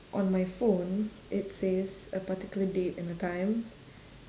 on my phone it says a particular date and a time